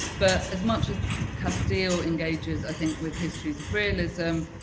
but as much as casteel engages i think with history's realism,